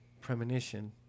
premonition